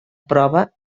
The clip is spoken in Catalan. prova